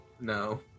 No